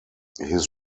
his